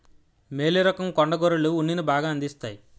మేలు రకం కొండ గొర్రెలు ఉన్నిని బాగా అందిస్తాయి